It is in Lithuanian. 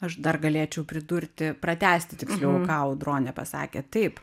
aš dar galėčiau pridurti pratęsti tiksliau ką audronė pasakė taip